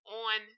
on